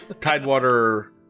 tidewater